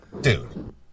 dude